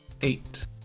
eight